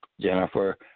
Jennifer